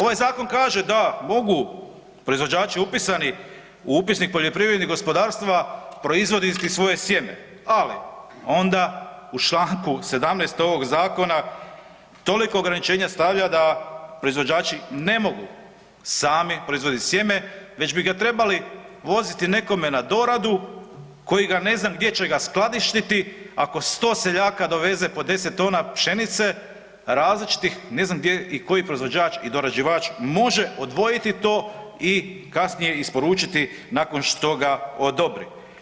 Ovaj zakon kaže da mogu proizvođači upisani u Upisnik poljoprivrednih gospodarstava proizvoditi svoje sjeme, ali onda u čl. 17. ovog zakona toliko ograničenja stavlja da proizvođači ne mogu sami proizvodit sjeme već bi ga trebali voziti nekome na doradu koji ga ne znam gdje će ga skladištiti ako 100 seljaka doveze po 10 tona pšenice različitih, ne znam gdje i koji proizvođač i dorađivač može odvojiti to i kasnije isporučiti nakon što ga odobri.